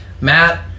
Matt